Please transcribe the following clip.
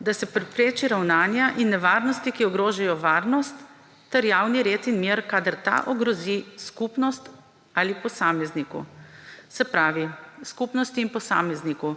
da se prepreči ravnanja in nevarnosti, ki ogrožajo varnost ter javni red in mir, kadar ta grozi skupnosti ali posamezniku.« Se pravi skupnosti in posamezniku.